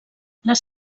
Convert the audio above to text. les